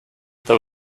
there